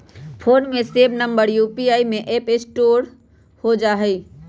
phone में save number UPI app में store हो जा हई